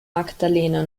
magdalena